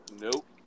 Nope